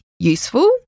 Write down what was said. useful